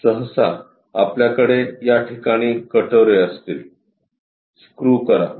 सहसा आपल्याकडे या ठिकाणी कटोरे असतील स्क्रू करा